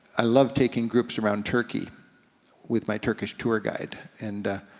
i love taking groups around turkey with my turkish tour guide, and